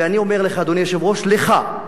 ואני אומר לך, אדוני היושב-ראש, לך,